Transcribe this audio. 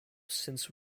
since